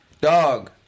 Dog